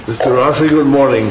this morning